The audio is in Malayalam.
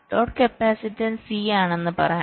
ലോഡ് കപ്പാസിറ്റൻസ് C ആണെന്ന് പറയാം